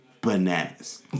bananas